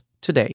today